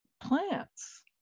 plants